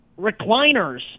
recliners